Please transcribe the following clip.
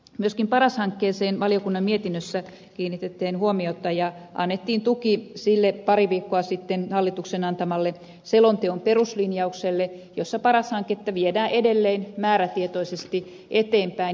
myöskin paras hankkeeseen valiokunnan mietinnössä kiinnitettiin huomiota ja annettiin tuki sille pari viikkoa sitten hallituksen antaman selonteon peruslinjaukselle jossa paras hanketta viedään edelleen määrätietoisesti eteenpäin